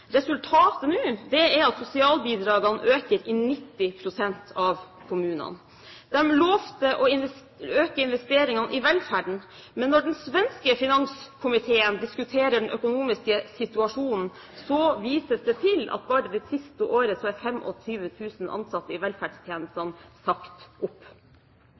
Resultatet nå er at sosialbidragene øker i 90 pst. av kommunene. De lovte å øke investeringene i velferden, men når den svenske finanskomiteen diskuterer den økonomiske situasjonen, vises det til at bare det siste året er 25 000 ansatte i velferdstjenestene sagt opp.